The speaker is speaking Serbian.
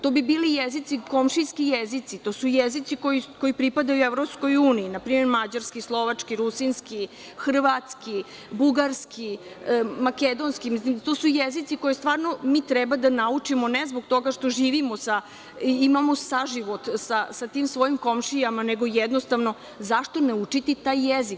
To bi bili komšijski jezici, to su jezici koji pripadaju Evropskoj uniji, npr. mađarski, slovački, rusinski, hrvatski, bugarski, makedonski, to su jezici koje mi treba da naučimo ne zbog toga što imamo saživot sa tim svojim komšijama, nego jednostavno zašto ne učiti taj jezik?